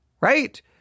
right